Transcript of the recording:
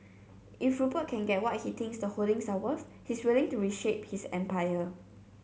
if Rupert can get what he thinks the holdings are worth he's willing to reshape his empire